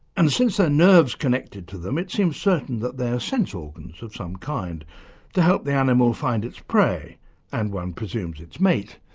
and since there are nerves connecting to them it seems certain that they are sense organs of some kind to help the animal find its prey and, one presumes, its mate,